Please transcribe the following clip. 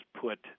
put